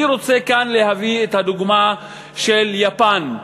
אני רוצה כאן להביא את הדוגמה של יפן.